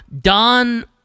Don